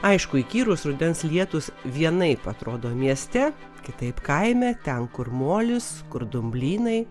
aišku įkyrūs rudens lietūs vienaip atrodo mieste kitaip kaime ten kur molis kur dumblynai